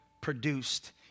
produced